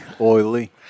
oily